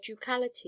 ducality